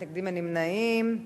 לנשים השוהות במקלטים לנשים מוכות (מענק הסתגלות),